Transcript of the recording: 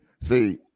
See